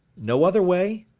no other way?